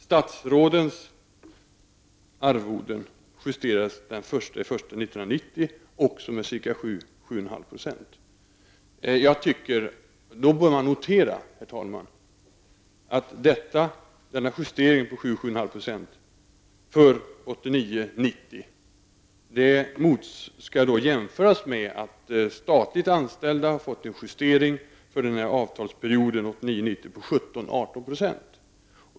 Man bör notera, herr talman, att denna justering på 7,0--7,5 % för 1989 90 på 17--18 %.